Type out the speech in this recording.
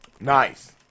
Nice